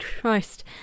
Christ